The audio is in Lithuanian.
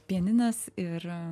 pianinas ir